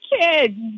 kids